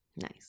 Nice